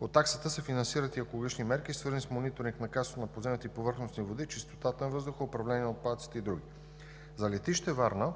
от таксата се финансират и екологични мерки, свързани с мониторинг на качеството на подземните и повърхности води, чистотата на въздуха, управлението на отпадъците и други. За летище Варна